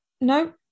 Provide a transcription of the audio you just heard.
no